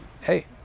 hey